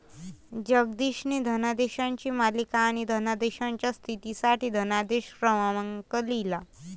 जगदीशने धनादेशांची मालिका आणि धनादेशाच्या स्थितीसाठी धनादेश क्रमांक लिहिला